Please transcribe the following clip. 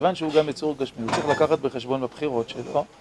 כיוון שהוא גם יצור גשמי, הוא צריך לקחת בחשבון בבחירות שלו ...